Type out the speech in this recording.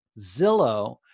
Zillow